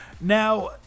Now